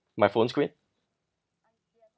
my phone screen